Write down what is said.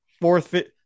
Fourth